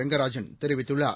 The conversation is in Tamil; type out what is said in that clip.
ரங்கராஜன் தெரிவித்துள்ளார்